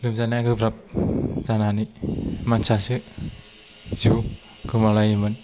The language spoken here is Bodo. लोमजानाया गोब्राब जानानै मानसियासो जिउ गोमालायोमोन